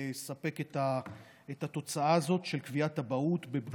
לספק את התוצאה הזו של קביעת אבהות בבדיקה.